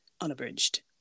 unabridged